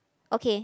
okay